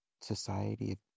Society